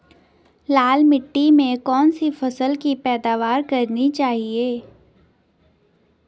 लाल मिट्टी में कौन सी फसल की पैदावार करनी चाहिए?